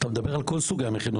אתה מדבר על כל סוגי המכינות?